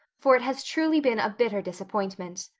for it has truly been a bitter disappointment.